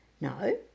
No